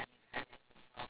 ya